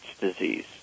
disease